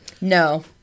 No